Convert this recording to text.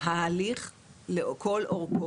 ההליך לכל אורכו.